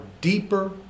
deeper